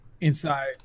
Inside